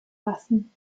lassen